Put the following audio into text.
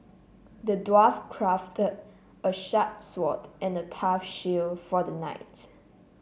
the dwarf crafted a sharp sword and a tough shield for the knight